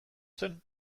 zen